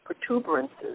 protuberances